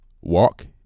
walk